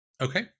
Okay